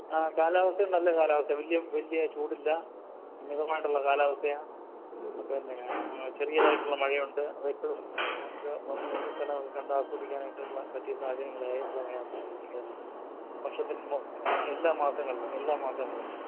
ആ കാലാവസ്ഥയും നല്ല കാലാവസ്ഥയാ വലിയ വലിയ ചൂടില്ല മിതമായിട്ടുള്ള കാലാവസ്ഥയാണ് പിന്നേ ചെറിയതായിട്ടുള്ള മഴയുണ്ട് ഇപ്പോൾ നമുക്ക് വന്നു കഴിഞ്ഞു സ്ഥലമൊക്കെ കണ്ടു ആസ്വദിക്കാനായിട്ടുള്ള പറ്റിയ സാഹചര്യങ്ങളാണെന്ന് പറയാം കേരളത്തിന് വർഷത്തിൽ എല്ലാ മാസങ്ങളിലും എല്ലാ മാസങ്ങളിലും